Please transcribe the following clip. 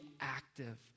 active